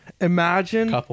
Imagine